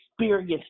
experience